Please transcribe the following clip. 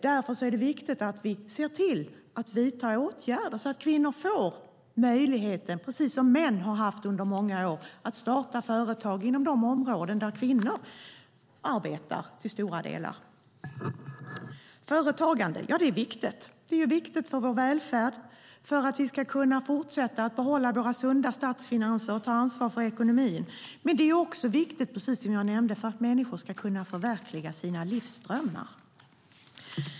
Därför är det viktigt att vi ser till att vidta åtgärder så att kvinnor får möjligheten, precis som män har haft under många år, att starta företag inom de områden där kvinnor till stora delar arbetar. Företagande är viktigt. Det är viktigt för vår välfärd och för att vi ska kunna fortsätta att behålla våra sunda statsfinanser och ta ansvar för ekonomin. Det är dock också viktigt, precis som jag nämnde, för att människor ska kunna förverkliga sina livsdrömmar.